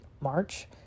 March